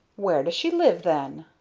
where does she live, then?